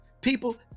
People